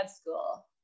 school